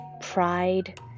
pride